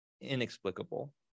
inexplicable